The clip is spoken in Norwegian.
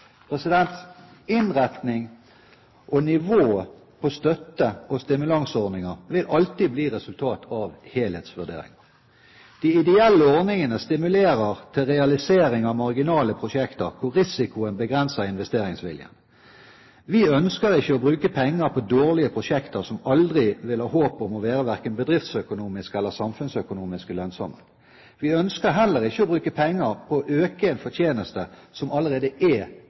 Innretning og nivå på støtte- og stimuleringsordninger vil alltid være resultat av helhetsvurderinger. De ideelle ordningene stimulerer til realisering av marginale prosjekter, hvor risikoen begrenser investeringsviljen. Vi ønsker ikke å bruke penger på dårlige prosjekter som aldri vil ha håp om å være verken bedriftsøkonomisk eller samfunnsøkonomisk lønnsomt. Vi ønsker heller ikke å bruke penger på å øke fortjenester som allerede er